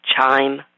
CHIME